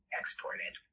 exported